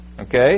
Okay